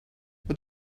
what